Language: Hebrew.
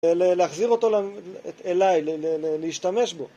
להחזיר אותו אליי, להשתמש בו.